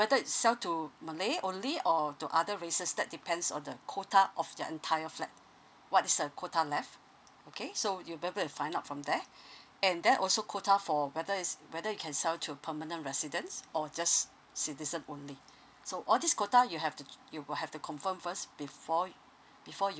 whether it sell to malay only or to other races that depends on the quota of the entire flat what's the quota left okay so you will be able to find out from there and that also quota for whether is whether you can sell to permanent residents or just citizen only so all this quota you have to you will have to confirm first before before you